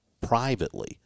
privately